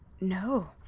no